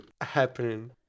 happening